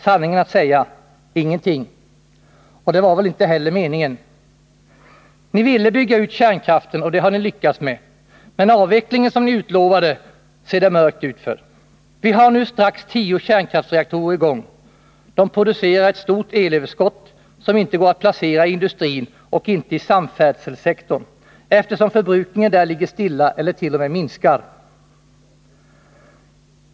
Sanningen att säga: ingenting. Och det var väl inte heller meningen. Ni ville bygga ut kärnkraften, och det har ni lyckats med. Men den avveckling som ni utlovade ser det mörkt ut för. Vi har nu snart tio kärnkraftsreaktorer i gång. De producerar ett stort elöverskott som inte går att placera i industrin och inte heller i samfärdselsektorn, eftersom förbrukningen där ligger stilla eller t.o.m. minskar.